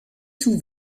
sous